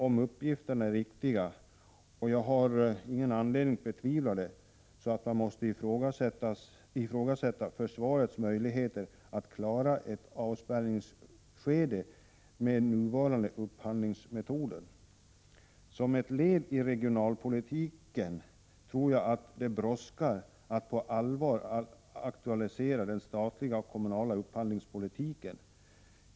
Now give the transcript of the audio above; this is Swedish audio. Om uppgifterna är riktiga — och jag har ingen anledning att betvivla det — måste man ifrågasätta försvarets möjligheter att klara ett avspärrningsskede med nuvarande upphandlingsmetoder. Som ett led i regionalpolitiken tror jag att det brådskar att på allvar aktualisera den statliga upphandlingspolitiken.